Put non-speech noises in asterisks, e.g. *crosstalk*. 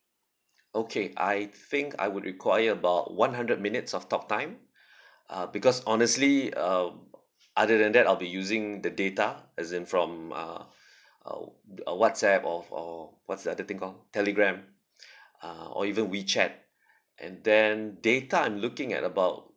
okay I think I would require about one hundred minutes of talk time uh because honestly um other than that I'll be using the data as in from uh uh uh whatsapp or or what's the thing call telegram *breath* uh or even wechat and then data I'm looking at about